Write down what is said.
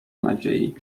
nadziei